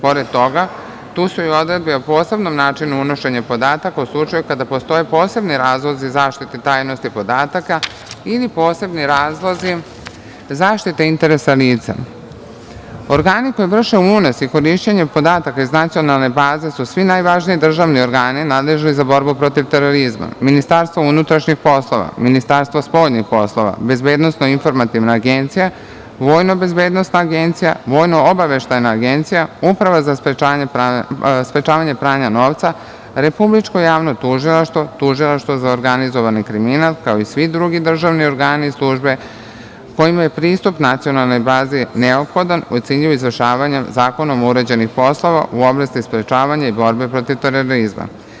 Pored toga, tu su i odredbe o posebnom načinu unošenja podataka u slučaju kada postoje posebni razlozi zaštite tajnosti podataka ili posebni razlozi zaštite interesa lica Organi koji vrše unos i korišćenje podataka iz nacionalne baze su svi najvažniji državni organi nadležni za borbu protiv terorizma: Ministarstvo unutrašnjih poslova, Ministarstvo spoljnih poslova, Bezbednosno-informativna agencija, Vojno-bezbednosna agencija, Vojno-obaveštajna agencija, Uprava za sprečavanje pranja novca, Republičko javno tužilaštvo, Tužilaštvo za organizovani kriminal, kao i svi drugi državni organi i službe kojima je pristup nacionalnoj bazi neophodan u cilju izvršavanja zakonom uređenih poslova u oblasti sprečavanja i borbe protiv terorizma.